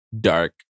dark